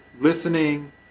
listening